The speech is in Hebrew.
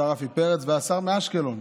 השר רפי פרץ והשר מאשקלון,